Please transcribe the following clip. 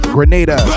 Grenada